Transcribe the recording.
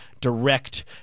direct